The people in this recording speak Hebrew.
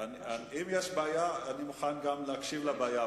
אם יש בעיה, אני מוכן להקשיב לבעיה.